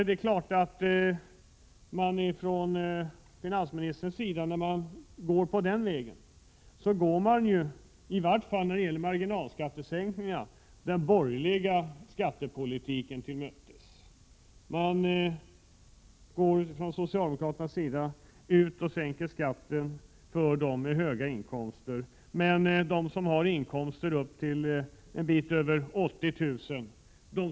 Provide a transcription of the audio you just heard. Det är klart att finansministern när han går den vägen, så går han den borgerliga skattepolitiken till mötes, åtminstone när det gäller marginalskattesänkningarna. Socialdemokraterna vill alltså sänka skatten för dem som har höga inkomster. Men för dem som har inkomster upp till drygt 80 000 kr.